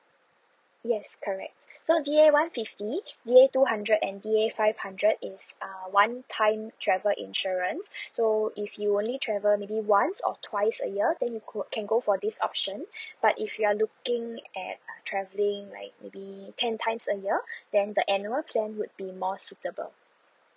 yes correct so D A one fifty D A two hundred and D A five hundred is uh one time travel insurance so if you only travel maybe once or twice a year then you could can go for this option but if you are looking at travelling like maybe ten times a year then the annual plan would be more suitable